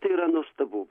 tai yra nuostabu